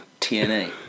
TNA